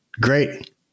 Great